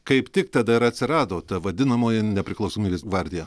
kaip tik tada ir atsirado ta vadinamoji nepriklausomybės gvardija